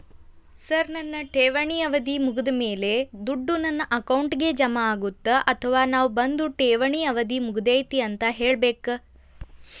Sir ನನ್ನ ಠೇವಣಿ ಅವಧಿ ಮುಗಿದಮೇಲೆ, ದುಡ್ಡು ನನ್ನ ಅಕೌಂಟ್ಗೆ ಜಮಾ ಆಗುತ್ತ ಅಥವಾ ನಾವ್ ಬಂದು ಠೇವಣಿ ಅವಧಿ ಮುಗದೈತಿ ಅಂತ ಹೇಳಬೇಕ?